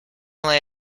lay